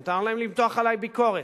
מותר להם למתוח עלי ביקורת,